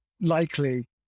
likely